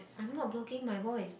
I'm not blocking my voice